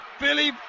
Billy